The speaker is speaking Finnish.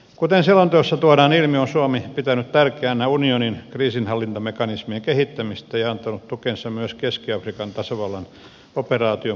kuten selonteossa tuodaan ilmi on suomi pitänyt tärkeänä unionin kriisinhallintamekanismien kehittämistä ja antanut tukensa myös keski afrikan tasavallan operaation perustamiselle